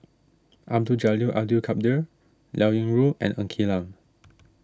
Abdul Jalil Abdul Kadir Liao Yingru and Ng Quee Lam